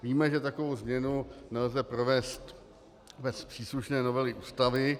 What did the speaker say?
Víme, že takovou změnu nelze provést bez příslušné novely Ústavy.